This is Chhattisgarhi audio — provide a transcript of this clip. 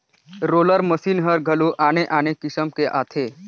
रोलर मसीन हर घलो आने आने किसम के आथे